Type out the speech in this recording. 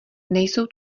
nejsou